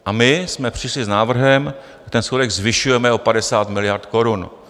A my jsme přišli s návrhem, že ten schodek zvyšujeme o 50 miliard korun.